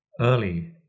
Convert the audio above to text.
early